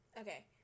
Okay